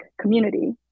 community